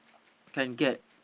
can get